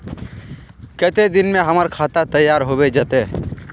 केते दिन में हमर खाता तैयार होबे जते?